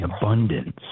abundance